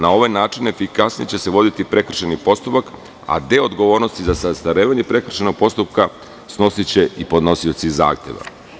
Na ovaj način efikasnije će se voditi prekršajni postupak, a deo odgovornosti za zastarevanje prekršajnog postupka snosiće i podnosioci zahteva.